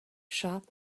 shop